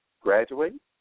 graduate